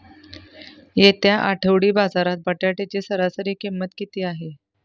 येत्या आठवडी बाजारात बटाट्याची सरासरी किंमत किती आहे?